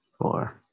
four